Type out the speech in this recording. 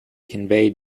conveyed